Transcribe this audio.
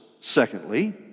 secondly